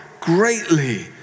greatly